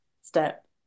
step